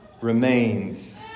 remains